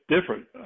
different